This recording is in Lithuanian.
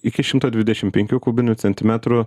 iki šimto dvidešim penkių kubinių centimetrų